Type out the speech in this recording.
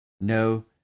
No